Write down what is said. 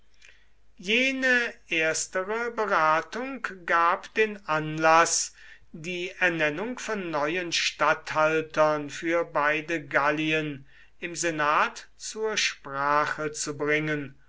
jene erstere beratung gab den ersten anlaß die ernennung von neuen statthaltern für beide gallien im senat zur sprache zu bringen